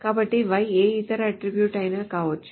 కాబట్టి Y ఏ ఇతర అట్ట్రిబ్యూట్ అయినా కావచ్చు